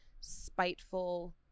spiteful